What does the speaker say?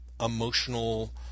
emotional